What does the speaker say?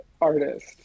artist